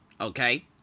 okay